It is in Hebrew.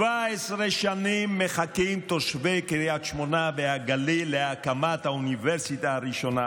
17 שנים מחכים תושבי קריית שמונה והגליל להקמת האוניברסיטה הראשונה,